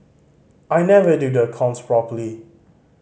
I never do the accounts properly